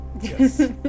Yes